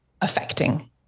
affecting